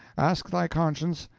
ask thy conscience,